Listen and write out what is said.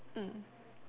mm